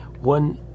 One